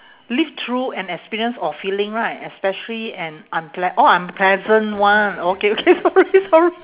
live through an experience or feeling right especially an unplea~ oh unpleasant one okay okay sorry sor~